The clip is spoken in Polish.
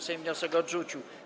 Sejm wniosek odrzucił.